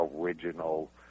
original